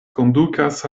kondukas